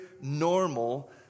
normal